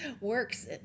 works